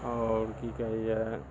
आओर की कहैया